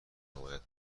حمایت